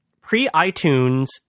pre-iTunes